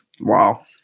Wow